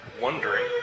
wondering